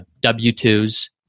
W-2s